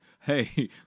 hey